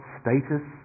status